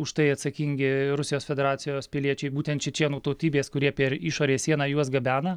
už tai atsakingi rusijos federacijos piliečiai būtent čečėnų tautybės kurie per išorės sieną juos gabena